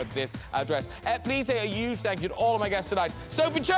this address please say a huge thank you to all my guests tonight sophie